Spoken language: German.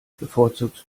bevorzugst